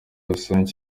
rusange